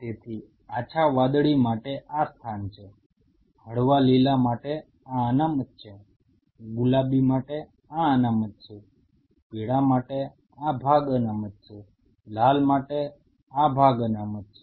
તેથી આછા વાદળી માટે આ સ્થાન છે હળવા લીલા માટે આ અનામત છે ગુલાબી માટે આ અનામત છે પીળા માટે આ ભાગ અનામત છે લાલ માટે આ ભાગ અનામત છે